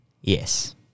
Yes